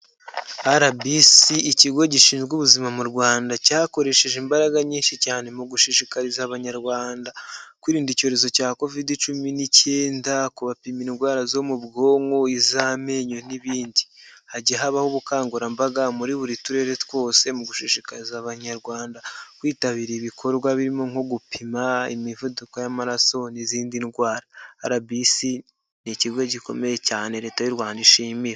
RBC, Ikigo gishinzwe Ubuzima mu Rwanda, cyakoresheje imbaraga nyinshi cyane mu gushishikariza Abanyarwanda kwirinda icyorezo cya COVID-19, kubapima indwara zo mu bwonko, iz’amenyo, n’izindi. Hajyaga habaho ubukangurambaga mu buri turere twose, hagamijwe gushishikariza Abanyarwanda kwitabira ibikorwa birimo nko gupima imivuduko y’amaraso n’izindi ndwara. RBC ni ikigo gikomeye cyane LETA y’u Rwanda ishimira.